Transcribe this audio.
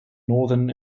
northern